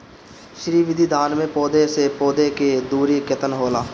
श्री विधि धान में पौधे से पौधे के दुरी केतना होला?